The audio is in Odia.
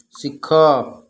ଶିଖ